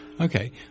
Okay